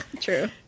True